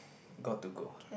got to go